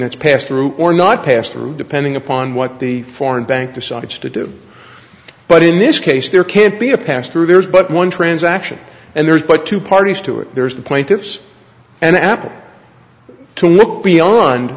that's passed through or not pass through depending upon what the foreign bank decides to do but in this case there can't be a pass through there's but one transaction and there's but two parties to it there's the plaintiffs and apple to look beyond